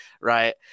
Right